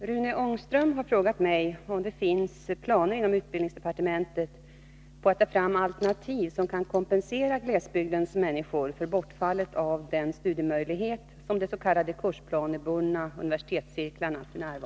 Fru talman! Rune Ångström har frågat mig om det finns planer inom utbildningdepartementet på att ta fram alternativ som kan kompensera glesbygdens människor för bortfallet av den studiemöjlighet som de s.k. kursplanebundna universitetscirklarna f. n. ger.